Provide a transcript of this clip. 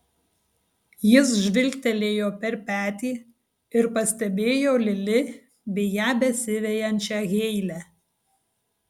jis žvilgtelėjo per petį ir pastebėjo lili bei ją besivejančią heilę